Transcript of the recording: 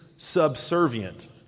Subservient